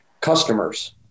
customers